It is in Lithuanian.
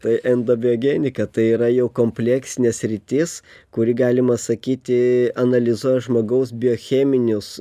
tai endobiogenika tai yra jau kompleksinė sritis kuri galima sakyti analizuoja žmogaus biocheminius